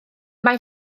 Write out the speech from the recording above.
mae